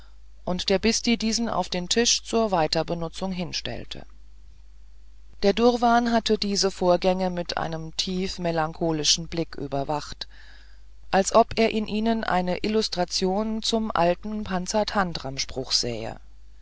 und der bhisti diesen auf den tisch zur weiterbenutzung hinstellte der durwan hatte diese vorgänge mit einem tief melancholischen blick überwacht als ob er in ihnen eine illustration zum alten panatantram spruchpanatantram berühmtes indisches fabelwerk sähe